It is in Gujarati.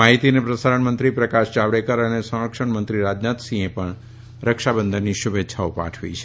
માહિતી અને પ્રસારણ મંત્રી પ્રકાશ જાવડેકર અને સંરક્ષણ મંત્રી રાજનાથસિંહે પણ રક્ષાબંધનની શુભેચ્છાઓ પાઠવી છે